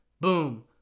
boom